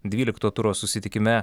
dvylikto turo susitikime